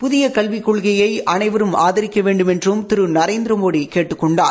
புதிய கல்விக் கொள்கையை அளைவரும் ஆதரிக்க வேண்டுமென்றும் திரு நரேந்திரமோடி கேட்டுக் கொண்டார்